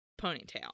ponytail